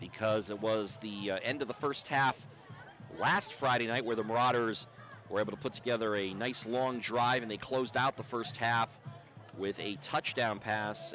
because it was the end of the first half last friday night where the marauders were able to put together a nice long drive and they closed out the first half with a touchdown pass